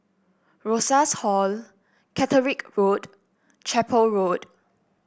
Rosas Hall Catterick Road Chapel Road